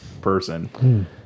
person